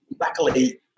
luckily